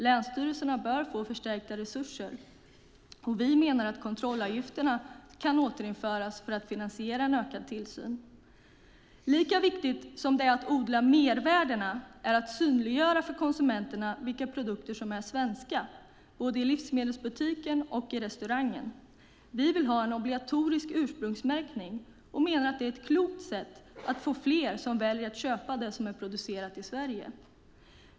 Länsstyrelserna bör få förstärkta resurser, och vi menar att kontrollavgifterna kan återinföras för att finansiera en ökad tillsyn. Lika viktigt som att odla mervärdena är att synliggöra för konsumenterna vilka produkter som är svenska, både i livsmedelsbutiken och i restaurangen. Vi vill ha en obligatorisk ursprungsmärkning och menar att det är ett klokt sätt att få fler som väljer att köpa det som är producerat i Sverige.